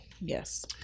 yes